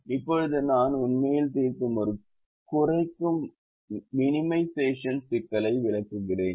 இப்போது நாம் உண்மையில் தீர்க்கும் ஒரு குறைக்கும் சிக்கலை விளக்குகிறேன்